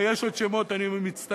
ויש עוד שמות, אני מצטער.